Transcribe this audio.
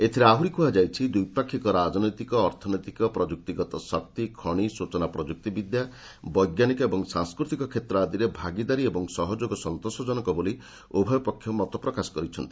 ଏଥିରେ ଆହୁରି କୁହାଯାଇଛି ଦ୍ୱିପାକ୍ଷିକ ରାଜନୈତିକ ଅର୍ଥନୈତିକ ପ୍ରଯୁକ୍ତିଗତ ଶକ୍ତି ଖଣି ସୂଚନା ପ୍ରଯୁକ୍ତି ବିଦ୍ୟା ବୈଜ୍ଞାନିକ ଓ ସାଂସ୍କୃତିକ କ୍ଷେତ୍ରଆଦିରେ ଭାଗିଦାରୀ ଏବଂ ସହଯୋଗ ସନ୍ତୋଷଜନକ ବୋଲି ଉଭୟ ପକ୍ଷ ମତ ପ୍ରକାଶ କରିଛନ୍ତି